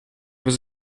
was